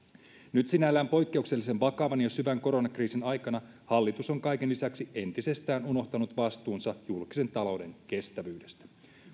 nyt sinällään poikkeuksellisen vakavan ja syvän koronakriisin aikana hallitus on kaiken lisäksi entisestään unohtanut vastuunsa julkisen talouden kestävyydestä